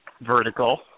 vertical